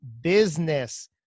business